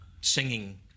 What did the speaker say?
singing